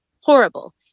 horrible